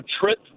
trip